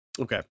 Okay